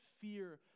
fear